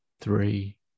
three